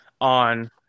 on